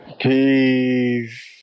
Peace